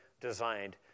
designed